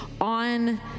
on